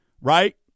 right